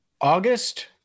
August